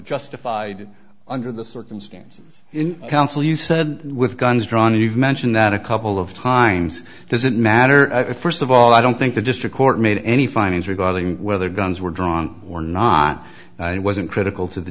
justified under the circumstances in council you said with guns drawn and you've mentioned that a couple of times does it matter i thought first of all i don't think the district court made any findings regarding whether guns were drawn or not and wasn't critical to the